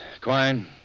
Quine